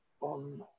on